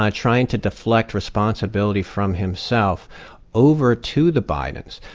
ah trying to deflect responsibility from himself over to the bidens.